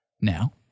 Now